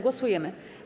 Głosujemy.